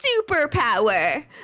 superpower